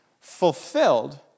fulfilled